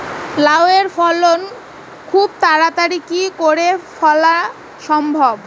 লাউ এর ফল খুব তাড়াতাড়ি কি করে ফলা সম্ভব?